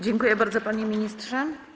Dziękuję bardzo, panie ministrze.